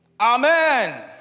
Amen